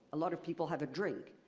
a lot of people have a drink.